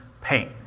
pain